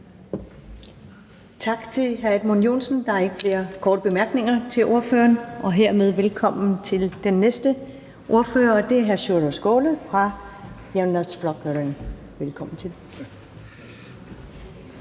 Tak til hr. Edmund Joensen. Der er ikke flere korte bemærkninger til ordføreren. Hermed velkommen til den næste ordfører, og det er hr. Sjúrður Skaale fra Javnaðarflokkurin. Kl.